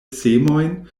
semojn